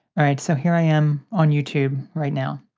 alright, so here i am on youtube right now.